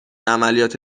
عملیات